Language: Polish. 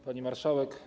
Pani Marszałek!